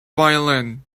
violin